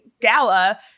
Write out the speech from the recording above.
gala